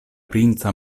princa